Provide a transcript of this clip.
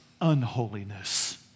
unholiness